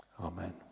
Amen